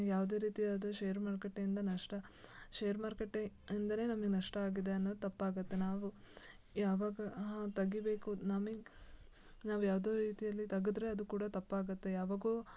ಯಾವುದೇ ರೀತಿ ಆದ ಶೇರು ಮಾರುಕಟ್ಟೆಯಿಂದ ನಷ್ಟ ಶೇರು ಮಾರುಕಟ್ಟೆ ಅಂದರೆ ನಮಗೆ ನಷ್ಟ ಆಗಿದೆ ಅನ್ನೋದು ತಪ್ಪಾಗುತ್ತೆ ನಾವು ಯಾವಾಗ ತೆಗಿಬೇಕು ನಮಗೆ ನಾವು ಯಾವುದೋ ರೀತಿಯಲ್ಲಿ ತೆಗೆದ್ರೆ ಅದು ಕೂಡ ತಪ್ಪಾಗುತ್ತೆ ಯಾವಾಗೋ